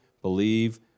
Believe